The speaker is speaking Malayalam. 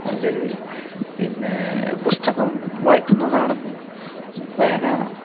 നല്ലത് പിന്നെ പുസ്തകം വായിക്കുന്നതാണെന്ന് പേന